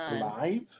Live